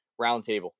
roundtable